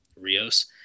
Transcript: Rios